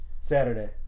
Saturday